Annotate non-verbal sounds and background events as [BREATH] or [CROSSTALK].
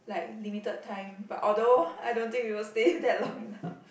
like limited time but although I don't think we will stay [BREATH] that long enough